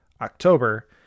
October